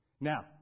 Now